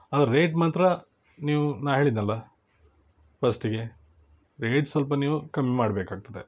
ಅದು ರೇಟ್ ಮಾತ್ರ ನೀವು ನಾ ಹೇಳಿದೆನಲ್ಲ ಫಸ್ಟಿಗೆ ರೇಟ್ ಸ್ವಲ್ಪ ನೀವು ಕಮ್ಮಿ ಮಾಡಬೇಕಾಗ್ತದೆ